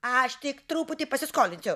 aš tik truputį pasiskolinsiu